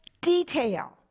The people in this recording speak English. detail